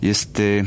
Este